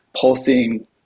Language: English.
pulsing